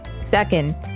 Second